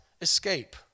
escape